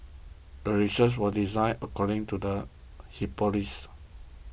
the research was designed according to the hypothesis